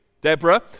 Deborah